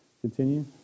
continue